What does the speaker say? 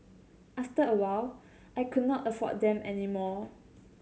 after a while I could not afford them any more